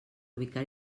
ubicar